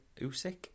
Usyk